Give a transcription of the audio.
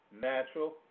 natural